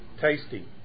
tasty